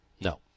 No